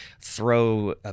throw